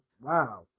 wow